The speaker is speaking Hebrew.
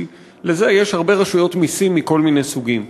כי לזה יש הרבה רשויות מסים מכל מיני סוגים.